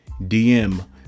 DM